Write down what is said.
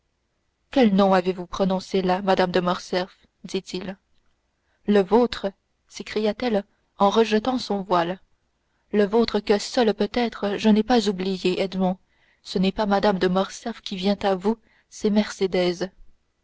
quel nom avez-vous prononcé là madame de morcerf dit-il le vôtre s'écria-t-elle en rejetant son voile le vôtre que seule peut-être je n'ai pas oublié edmond ce n'est pas mme de morcerf qui vient à vous c'est